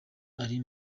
ari